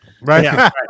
Right